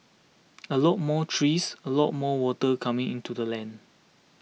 a lot more trees a lot more water coming into the land